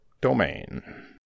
domain